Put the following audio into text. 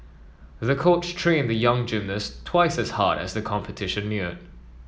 the coach trained the young gymnast twice as hard as the competition neared